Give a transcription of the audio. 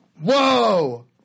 Whoa